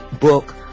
book